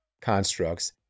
constructs